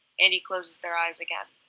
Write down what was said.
andy closes their eyes again.